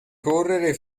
correre